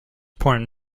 point